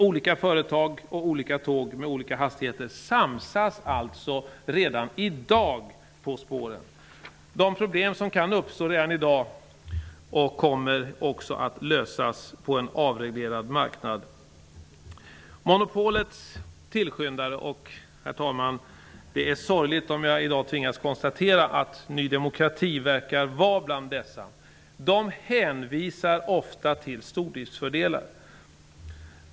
Olika företag, med olika tåg med olika hastigheter, samsas alltså redan i dag på spåren. De problem som redan i dag kan uppstå kommer att lösas också på en avreglerad marknad. Monopolets tillskyndare hänvisar ofta till stordriftsfördelar -- det är sorgligt, herr talman, om jag i dag tvingas konstatera att Ny demokrati är bland dessa monopolets tillskyndare.